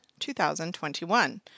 2021